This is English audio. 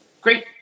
Great